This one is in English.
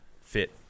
fit